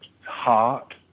Heart